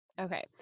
okay